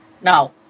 Now